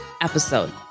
episode